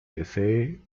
desee